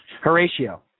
Horatio